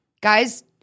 guys